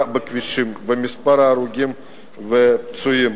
בכבישים ואת מספר ההרוגים והפצועים.